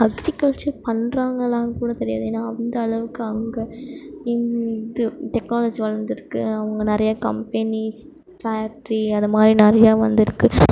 agriculture பண்ணுறங்களானு கூட தெரியாது ஏன்னா அந்த அளவுக்கு அங்கே டெக்னாலஜி வளந்திருக்கு அவங்க நிறையா கம்பேனீஸ் ஃபேக்ட்ரி அது மாதிரி நிறையா வந்திருக்கு